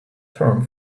term